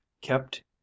*Kept